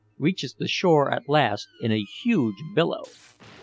reaches the shore at last in a huge billow.